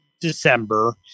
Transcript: December